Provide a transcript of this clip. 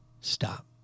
stop